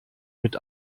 mit